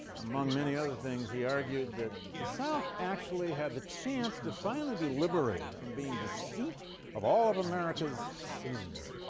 among many other things he argued that the south actually had the chance to finally be liberated from being the seat of all of america's sins,